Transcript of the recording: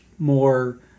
More